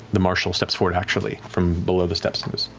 the marshal steps forward, actually, from below the steps and goes,